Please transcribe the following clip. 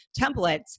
templates